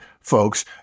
folks